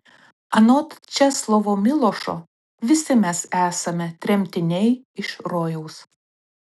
anot česlovo milošo visi mes esame tremtiniai iš rojaus